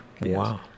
wow